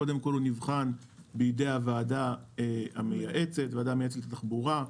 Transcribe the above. קודם כול, הוא נבחן בידי הוועדה המייעצת לתחבורה,